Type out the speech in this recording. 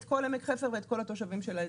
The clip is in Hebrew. כל עמק חפר ואת כל התושבים של האזור.